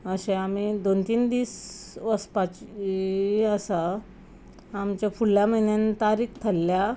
अशें आमी दोन तीन दीस वचपाची आसा आमचे फुडल्या म्हयन्यान तारीख थरल्ल्या